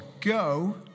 go